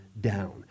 down